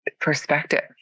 perspective